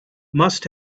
must